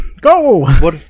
Go